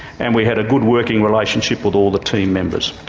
and we had a good working relationship with all the team members.